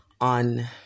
on